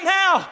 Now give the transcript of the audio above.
now